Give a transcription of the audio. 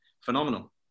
phenomenal